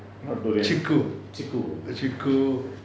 chiku chiku